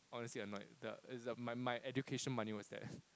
honestly I'm not the is my my education money was that